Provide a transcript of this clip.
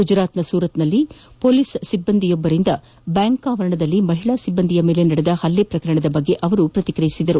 ಗುಜರಾತ್ನ ಸೂರತ್ನಲ್ಲಿ ಪೊಲೀಸ್ ಸಿಬ್ಬಂದಿಯೊಬ್ಬರಿಂದ ಬ್ಯಾಂಕ್ ಆವರಣದಲ್ಲಿ ಮಹಿಳಾ ಸಿಬ್ಬಂದಿಯ ಮೇಲೆ ನಡೆದ ಹಲ್ಲೆ ಪ್ರಕರಣದ ಬಗ್ಗೆ ಅವರು ಪ್ರತಿಕ್ರಿಯಿಸಿದ್ದಾರೆ